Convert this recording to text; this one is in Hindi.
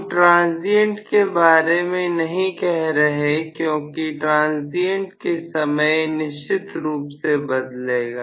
हम ट्रांजियंट के बारे में नहीं कह रहे क्योंकि ट्रांजियंट के समय यह निश्चित रूप से बदलेगा